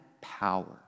power